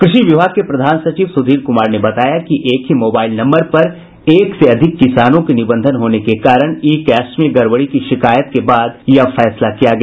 कृषि विभाग के प्रधान सचिव सुधीर कुमार ने बताया कि एक ही मोबाईल नम्बर पर एक से अधिक किसानों के निबंधन होने के कारण ई कैश में गड़बड़ी की शिकायत के बाद यह फैसला किया गया